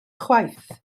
chwaith